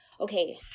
okay